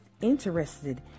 interested